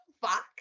fuck